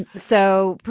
and so,